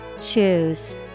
Choose